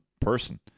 person